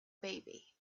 baby